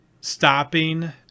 stopping